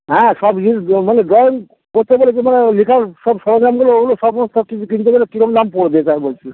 হ্যাঁ সব জিনিস দে মানে দেন পড়তে পেরেছি মানে লেখা সব সরঞ্জামগুলো ওগুলো সমস্ত সব কিছু কিনতে গেলে কীরকম দাম পড়বে তাই বলছি